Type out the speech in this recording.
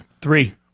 Three